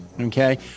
Okay